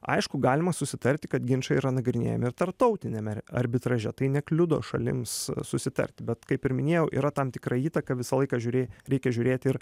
aišku galima susitarti kad ginčai yra nagrinėjami ir tarptautiniame arbitraže tai nekliudo šalims susitarti bet kaip ir minėjau yra tam tikra įtaka visą laiką žiūrė reikia žiūrėti ir